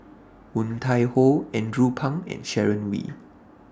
Woon Tai Ho Andrew Phang and Sharon Wee